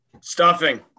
Stuffing